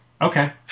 Okay